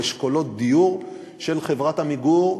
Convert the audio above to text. או אשכולות דיור של חברת "עמיגור"